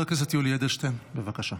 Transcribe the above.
חבר הכנסת יולי אדלשטיין, בבקשה.